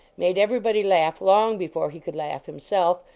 made everybody laugh long before he could laugh himself,